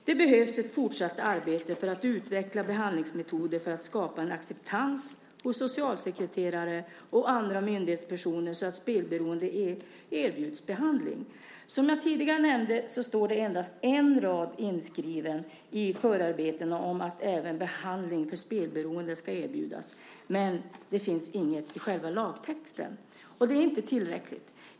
Det behövs ett fortsatt arbete för att utveckla behandlingsmetoder för att skapa en acceptans hos socialsekreterare och andra myndighetspersoner så att spelberoende erbjuds behandling. Som jag tidigare nämnde står det endast en rad inskriven i förarbetena om att även behandling för spelberoende ska erbjudas. Men det finns inget i själva lagtexten. Det är inte tillräckligt.